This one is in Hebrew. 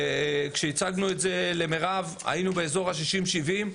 כשהצגנו את זה למירב היינו באזור ה-60%-70%,